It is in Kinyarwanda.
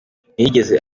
ntiyigeze